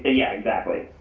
yeah, exactly.